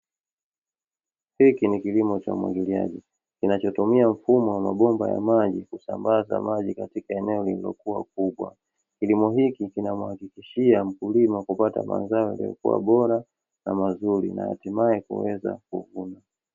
Hiki ni kilimo cha umwagiliaji, kinachotumia mfumo wa mabomba ya maji kusambaza maji katika eneo lililo kuwa kubwa, kilimo hiki kina mhakikishia mkulima kupata mazao yaliyo kuwa bora na mazuri na hatimaye kuweza kuvuna.